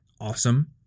awesome